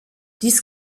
dies